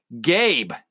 Gabe